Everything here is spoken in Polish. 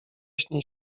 śnie